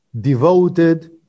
devoted